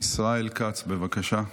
ישראל כץ, בבקשה.